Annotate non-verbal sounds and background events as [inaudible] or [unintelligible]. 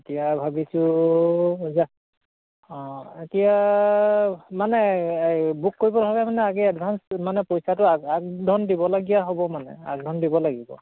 এতিয়া ভাবিছোঁ [unintelligible] অঁ এতিয়া মানে বুক কৰিব হ'লে মানে আগে এডভান্সটো মানে পইচাটো আগ আগ ধন দিবলগীয়া হ'ব মানে আগধন দিব লাগিব